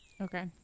Okay